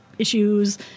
issues